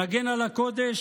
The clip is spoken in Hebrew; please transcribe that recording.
נגן על הקודש,